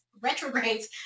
Retrogrades